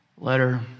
letter